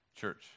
Church